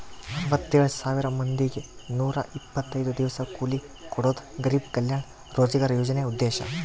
ಅರವತ್ತೆಳ್ ಸಾವಿರ ಮಂದಿಗೆ ನೂರ ಇಪ್ಪತ್ತೈದು ದಿವಸ ಕೂಲಿ ಕೊಡೋದು ಗರಿಬ್ ಕಲ್ಯಾಣ ರೋಜ್ಗರ್ ಯೋಜನೆ ಉದ್ದೇಶ